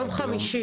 יום חמישי.